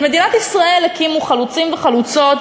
את מדינת ישראל הקימו חלוצים וחלוצות,